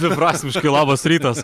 dviprasmiškai labas rytas